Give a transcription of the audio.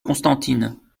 constantine